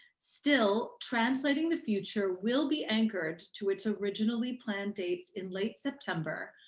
still, translating the future will be anchored to its originally planned dates in late september,